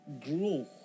grow